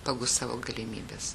pagal savo galimybes